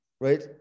right